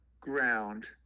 ground